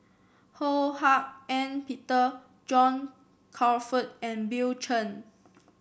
Ho Hak Ean Peter John Crawfurd and Bill Chen